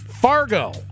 Fargo